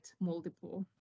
multiple